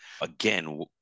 again